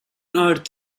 earth